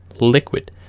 liquid